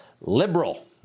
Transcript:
liberal